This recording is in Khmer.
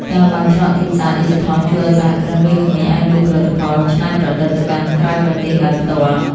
ការបើកច្រកទីផ្សារឌីជីថលជួយឱ្យសហគ្រិនវ័យក្មេងអាចលក់ផលិតផលច្នៃប្រឌិតទៅកាន់ក្រៅប្រទេសដោយផ្ទាល់។